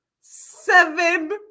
Seven